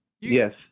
Yes